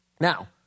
Now